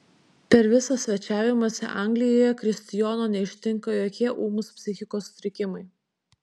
per visą svečiavimąsi anglijoje kristijono neištinka jokie ūmūs psichikos sutrikimai